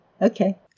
Okay